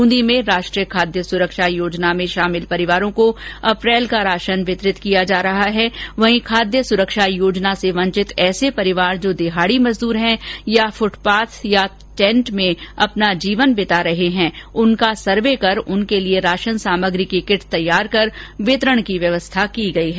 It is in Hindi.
ब्रंदी में राष्ट्रीय खाद्य सुरक्षा योजना में आने वाले परिवारों को अप्रैल माह का राशन वितरित किया जा रहा है वहीं खाद्य सुरक्षा योजना से वंचित ऐसे परिवार जो दिहाड़ी मजदूर हैं या फूटपाथ या टेंट में जीवन रह रहे हैं उनका सर्वे कर उनके लिए राशन सामग्री के किट तैयार कर वितरण की व्यवस्था की गई है